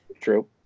true